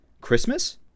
christmas